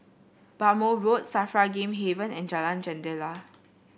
Bhamo Road Safra Game Haven and Jalan Jendela